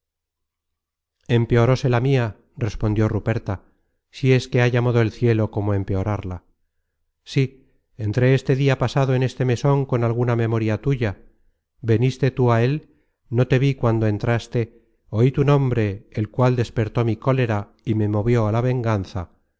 suerte empeoróse la mia respondió ruperta si es que halla modo el cielo como empeorarla sí entré este dia pasado en este meson con alguna memoria tuya veniste tú á él no te vi cuando entraste oí tu nombre el cual despertó mi cólera y me movió a la venganza